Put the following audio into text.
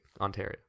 ontario